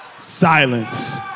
Silence